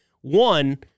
One